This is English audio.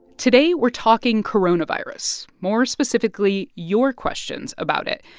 today we're talking coronavirus more specifically, your questions about it.